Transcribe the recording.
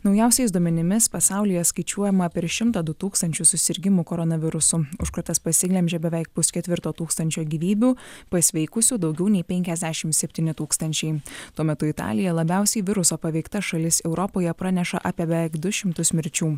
naujausiais duomenimis pasaulyje skaičiuojama per šimtą du tūkstančius susirgimų koronavirusu užkratas pasiglemžė beveik pusketvirto tūkstančio gyvybių pasveikusių daugiau nei penkiasdešimt septyni tūkstančiai tuo metu italija labiausiai viruso paveikta šalis europoje praneša apie beveik du šimtus mirčių